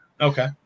Okay